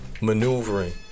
Maneuvering